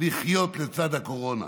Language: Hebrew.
לחיות לצד הקורונה.